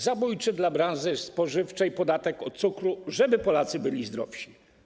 Zabójczy dla branży spożywczej podatek od cukru, żeby Polacy byli zdrowsi.